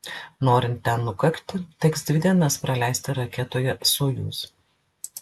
norint ten nukakti teks dvi dienas praleisti raketoje sojuz